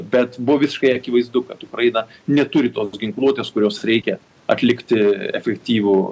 bet buvo visiškai akivaizdu kad ukraina neturi tos ginkluotės kurios reikia atlikti efektyvų